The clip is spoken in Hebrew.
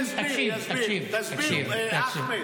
תסביר, אחמד.